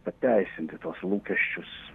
pateisinti tuos lūkesčius